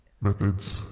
methods